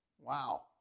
Wow